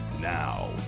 now